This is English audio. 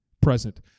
Present